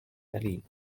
berlin